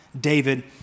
David